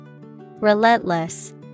Relentless